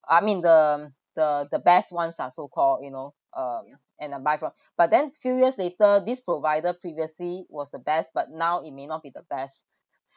I mean the the the best ones ah so call you know um and I buy from but then few years later this provider previously was the best but now it may not be the best